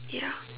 ya